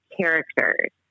characters